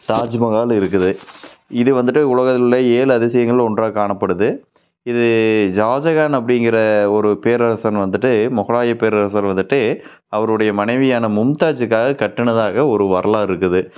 தாஜ்மஹால் இருக்குது இது வந்துவிட்டு உலகத்தில் உள்ள ஏழு அதிசயங்களில் ஒன்றாக காணப்படுது இது ஜாஜஹான் அப்படிங்குற ஒரு பேரரசன் வந்துவிட்டு முகலாய பேரரசர் வந்துவிட்டு அவருடைய மனைவியான மும்தாஜுக்காக கட்டுனதாக ஒரு வரலாறு இருக்குது